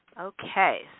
Okay